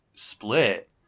split